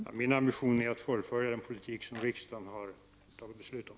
Fru talman! Min ambition är att fullfölja den politik som riksdagen har fattat beslut om.